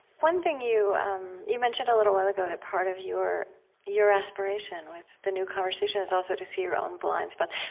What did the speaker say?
one thing you um you mentioned a little while ago, that part of your your aspiration with the new conversation is also to see your own blind spots.